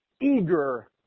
eager